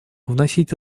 вносить